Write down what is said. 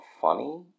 funny